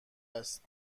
است